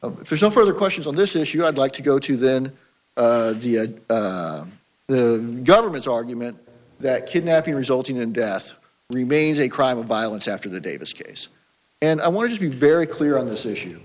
of for some further questions on this issue i'd like to go to then the government's argument that kidnapping resulting in death remains a crime of violence after the davis case and i want to be very clear on this issue